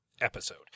episode